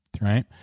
Right